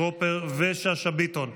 טרופר ושאשא ביטון.